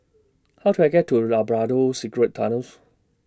How to I get to Labrador Secret Tunnels